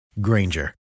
Granger